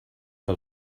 que